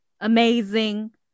amazing